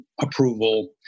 approval